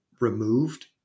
removed